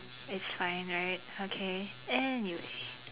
it's fine right okay and you see